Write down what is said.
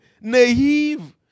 naive